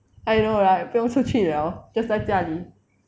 I know right 不用出去 liao just 在家里